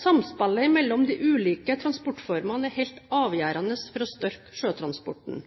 Samspillet mellom de ulike transportformene er helt avgjørende for å styrke sjøtransporten.